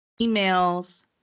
Emails